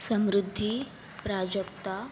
Samruddhi Prajakta